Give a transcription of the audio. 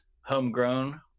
homegrown